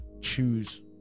choose